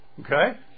Okay